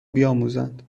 بیاموزند